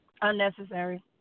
Unnecessary